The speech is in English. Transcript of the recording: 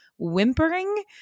whimpering